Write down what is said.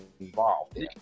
involved